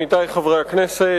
עמיתי חברי הכנסת,